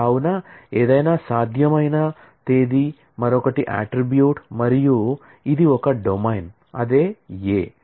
కావున ఏదైనా సాధ్యమైన తేదీ మరొకటి అట్ట్రిబ్యూట్ మరియు ఇది ఒక డొమైన్ అదే A